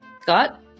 Scott